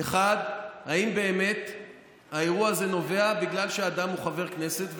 1. האם באמת האירוע הזה נובע מזה שהאדם הוא חבר כנסת,